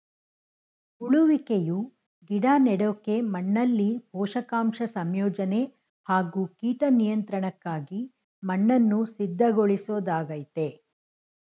ಉಳುವಿಕೆಯು ಗಿಡ ನೆಡೋಕೆ ಮಣ್ಣಲ್ಲಿ ಪೋಷಕಾಂಶ ಸಂಯೋಜನೆ ಹಾಗೂ ಕೀಟ ನಿಯಂತ್ರಣಕ್ಕಾಗಿ ಮಣ್ಣನ್ನು ಸಿದ್ಧಗೊಳಿಸೊದಾಗಯ್ತೆ